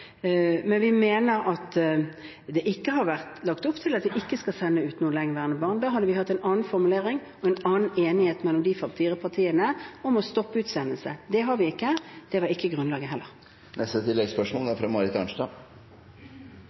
men vi mener at det ikke har vært lagt opp til at vi ikke skal sende ut noen lengeværende barn. Da hadde vi hatt en annen formulering og en annen enighet mellom de fire partiene om å stoppe utsendelse. Det har vi ikke. Det var ikke grunnlaget heller. Marit Arnstad – til oppfølgingsspørsmål. Det er